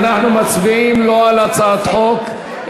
אנחנו מצביעים לא על הצעת חוק,